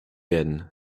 werden